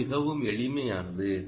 இது மிகவும் எளிமையானது